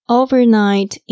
overnight